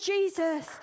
Jesus